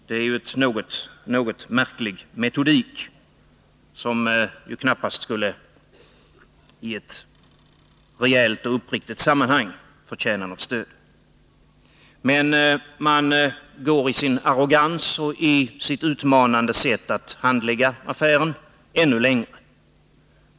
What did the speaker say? Det är en något märklig metodik, som i ett rejält och uppriktigt sammanhang knappast skulle förtjäna något stöd. Men i sin arrogans och sitt utmanande sätt att handlägga affären går regeringen ännu längre.